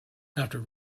after